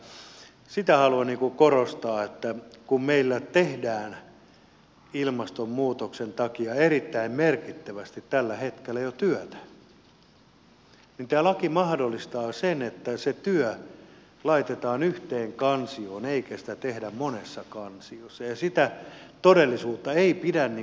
mutta sitä haluan korostaa että kun meillä tehdään ilmastonmuutoksen takia jo tällä hetkellä erittäin merkittävästi työtä niin tämä laki mahdollistaa sen että se työ laitetaan yhteen kansioon eikä sitä tehdä monessa kansiossa ja sitä todellisuutta ei pidä väheksyä